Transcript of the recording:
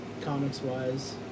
comics-wise